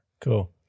Cool